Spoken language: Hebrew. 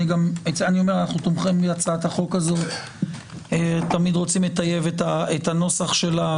אנחנו תומכים בהצעת החוק הזאת ותמיד רוצים לטייב את הנוסח שלה.